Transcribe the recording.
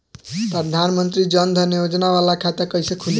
प्रधान मंत्री जन धन योजना वाला खाता कईसे खुली?